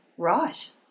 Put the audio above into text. Right